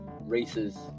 races